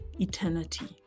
eternity